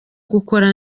gukora